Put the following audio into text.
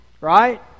Right